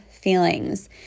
feelings